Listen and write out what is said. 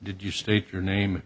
did you state your name